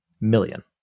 million